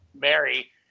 mary